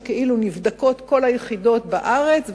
שכאילו נבדקות כל היחידות בארץ,